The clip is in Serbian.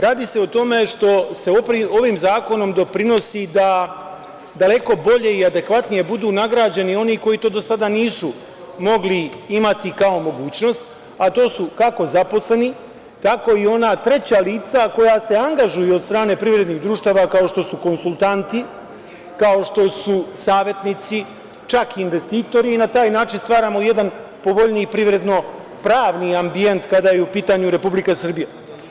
Radi se o tome što se ovim zakonom doprinosi da daleko bolje i adekvatnije budu nagrađen oni koji to do sada nisu mogli imati kao mogućnost, a to su kako zaposleni, tako i ona treća lica koja se angažuju od strane privrednih društava, kao što su konsultanti, kao što su savetnici, čak i investitori i na taj način stvaramo jedan povoljniji privredno pravni ambijent kada je u pitanju Republika Srbija.